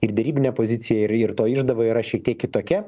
ir derybinę poziciją ir ir to išdava yra šiek tiek kitokia